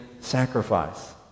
sacrifice